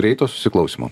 greito susiklausymo